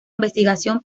investigación